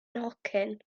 nhocyn